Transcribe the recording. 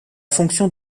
fonction